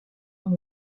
dans